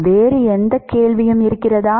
வேறு எந்த கேள்வியும் இருக்கிறதா